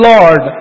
Lord